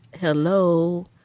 hello